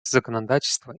законодательства